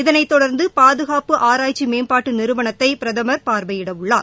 இதனை தொடர்ந்து பாதுகாப்பு ஆராய்ச்சி மேம்பாட்டு நிறுவனத்தை பிரதமர் பார்வையிட உள்ளார்